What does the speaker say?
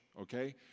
okay